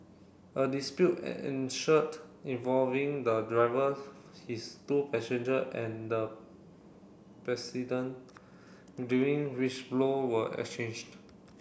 a dispute ensured involving the driver his two passenger and the president during which blow were exchanged